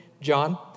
John